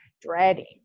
dreading